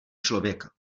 člověka